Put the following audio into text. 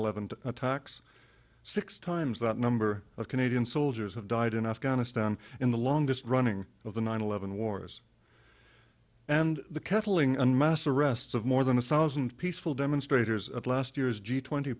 eleven attacks six times that number of canadian soldiers have died in afghanistan in the longest running of the nine eleven wars and the kathleen and mass arrests of more than a thousand peaceful demonstrators at last year's g twenty